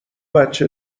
بچه